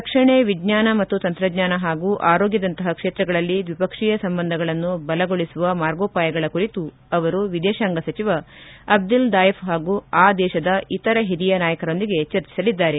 ರಕ್ಷಣೆ ವಿಜ್ಞಾನ ಮತ್ತು ತಂತ್ರಜ್ಞಾನ ಹಾಗೂ ಆರೋಗ್ಲದಂತಹ ಕ್ಷೇತ್ರಗಳಲ್ಲಿ ದ್ವಿಪಕ್ಷೀಯ ಸಂಬಂಧಗಳನ್ನು ಬಲಗೊಳಿಸುವ ಮಾರ್ಗೋಪಾಯಗಳ ಕುರಿತು ಅವರು ವಿದೇಶಾಂಗ ಸಚಿವ ಅಬ್ಲಿಲ್ ದಾಯಫ್ ಹಾಗೂ ಆದೇಶದ ಇತರ ಹಿರಿಯ ನಾಯಕರೊಂದಿಗೆ ಚರ್ಚಿಸಲಿದ್ದಾರೆ